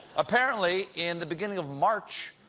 apparently, in the beginning of march,